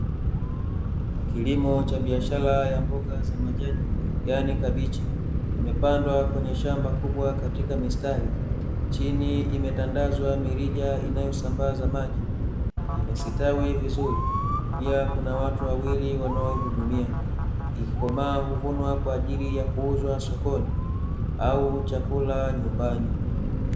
Kilimo cha biashara ya mboga za majani yaani kabichi, imepandwa kwenye shamba kubwa katika mistari. Chini imetandazwa mirija inayosambaza maji, imesitawi vizuri pia, kuna watu wawili wanaoihudumia. Ikikomaa huvunwa kwa ajili ya kuuzwa sokoni au chakula nyumbani.